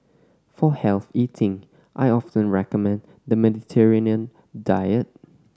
for healthy eating I often recommend the Mediterranean diet